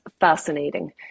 fascinating